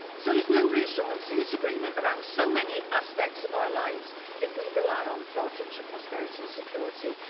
so, there's no reassurance in this agreement around so many aspects of our lives that we rely on for our future prosperity and security,